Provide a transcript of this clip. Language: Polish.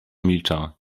milczała